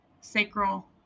sacral